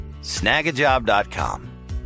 Snagajob.com